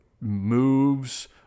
Moves